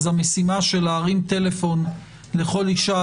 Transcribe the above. המשימה להרים טלפון לכל אישה,